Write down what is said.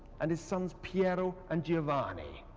and his sons piero and giovanni.